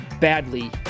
badly